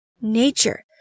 nature